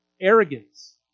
Arrogance